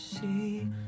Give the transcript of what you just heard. see